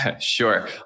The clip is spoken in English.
Sure